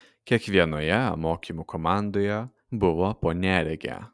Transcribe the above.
kiekvienoje mokymų komandoje buvo po neregę